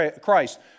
Christ